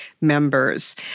members